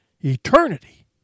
Eternity